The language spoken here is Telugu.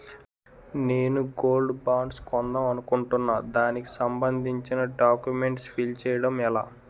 నేను గోల్డ్ బాండ్స్ కొందాం అనుకుంటున్నా దానికి సంబందించిన డాక్యుమెంట్స్ ఫిల్ చేయడం ఎలా?